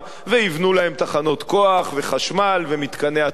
ויבנו להם תחנות כוח וחשמל ומתקני התפלה,